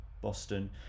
boston